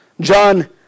John